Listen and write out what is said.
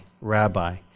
Rabbi